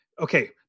okay